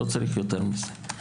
לא צריך יותר מזה.